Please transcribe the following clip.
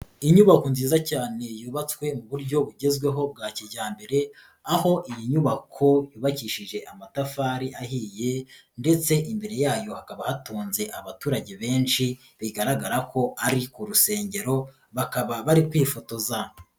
Inyubako nziza cyane yubatswe mu buryo bugezweho bwa kijyambere aho iyi nyubako yubakishije amatafari ahiye ndetse imbere yayo hakaba hatunze abaturage benshi, bigaragara ko ari ku rusengero bakaba bari kwifotoza.